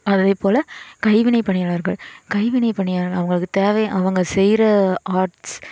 அதேபோல கைவினை பணியாளர்கள் கைவினை பணியாளர்கள் அவங்களுக்கு தேவை அவங்க செய்கிற ஆட்ஸ்